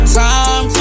time